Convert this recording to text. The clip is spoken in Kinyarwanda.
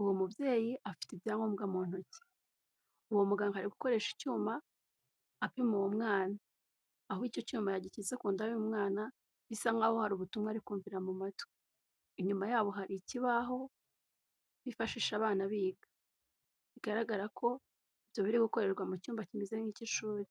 uwo mubyeyi afite ibyangombwa mu ntoki, uwo muganga ari gukoresha icyuma apima uwo mwana, aho icyo cyuma yagishyize ku nda y'umwana, bisa nk'aho hari ubutumwa ari kumvira mu matwi. Inyuma yabo hari ikibaho bifashisha abana biga. Bigaragara ko ibyo biri gukorerwa mu cyumba kimeze nk'icy'ishuri.